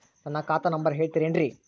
ನನ್ನ ಖಾತಾ ನಂಬರ್ ಹೇಳ್ತಿರೇನ್ರಿ?